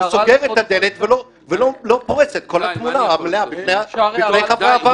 הוא סוגר את הדלת ולא פורש את כל התמונה המלאה בפני חברי הוועדה.